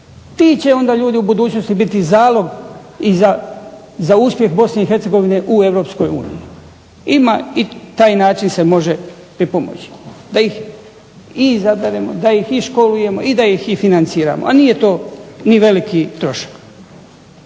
Ti će onda ljudi u budućnosti biti zalog i za uspjeh Bosne i Hercegovine u Europskoj uniji. Ima i taj način se može pripomoći, da ih i izaberemo, da ih i školujemo i da ih i financiramo, a nije to ni veliki trošak.